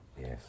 Yes